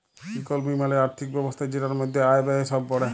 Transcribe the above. ইকলমি মালে আর্থিক ব্যবস্থা জেটার মধ্যে আয়, ব্যয়ে সব প্যড়ে